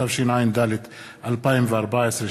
התשע"ד 2014,